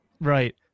right